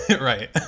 Right